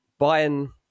Bayern